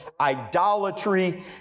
Idolatry